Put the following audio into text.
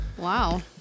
Wow